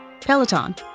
Peloton